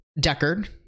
Deckard